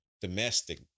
domestic